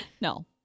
No